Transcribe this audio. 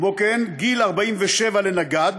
וגיל 47 לנגד,